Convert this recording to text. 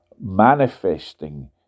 manifesting